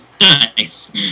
Nice